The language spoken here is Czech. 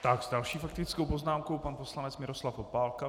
S další faktickou poznámkou pan poslance Miroslav Opálka.